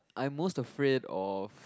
I'm most afraid of